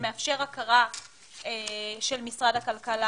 שמאפשר הכרה של משרד הכלכלה